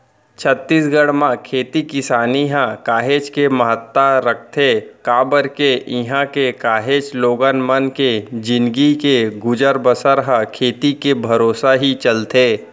छत्तीसगढ़ म खेती किसानी ह काहेच के महत्ता रखथे काबर के इहां के काहेच लोगन मन के जिनगी के गुजर बसर ह खेती के भरोसा ही चलथे